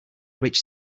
rich